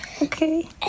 Okay